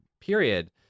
period